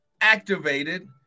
activated